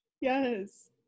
Yes